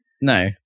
no